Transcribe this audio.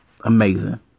Amazing